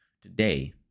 today